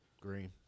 Green